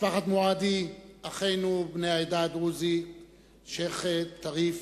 משפחת מועדי, אחינו בני העדה הדרוזית, שיח' טריף,